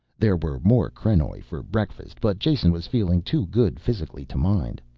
there were more krenoj for breakfast but jason was feeling too good physically to mind.